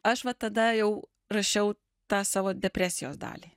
aš va tada jau rašiau tą savo depresijos dalį